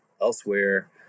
elsewhere